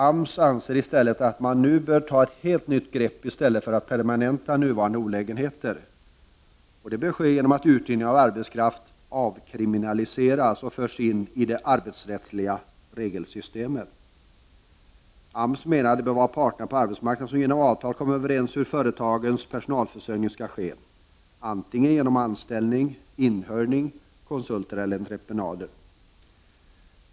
AMS anser att man nu bör ta ett helt nytt grepp i stället för att permanenta nuvarande olägenheter. Det bör ske genom att uthyrning av arbetskraft avkriminaliseras och förs in i det arbetsrättsliga regelsystemet. AMS menar att det bör vara parterna på arbetsmarknaden som genom avtal kommer överens om hur företagens personalförsörjning skall ske, antingen genom anställning, inhyrning, konsulter eller genom entreprenader.